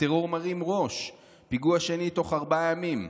הטרור מרים ראש, פיגוע שני תוך ארבעה ימים"